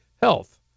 Health